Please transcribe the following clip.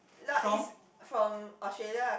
no is from Australia ah